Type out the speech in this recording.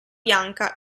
bianca